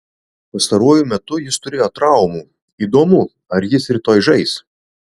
pastaruoju metu jis turėjo traumų įdomu ar jis rytoj žais